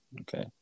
Okay